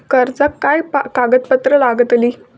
कर्जाक काय कागदपत्र लागतली?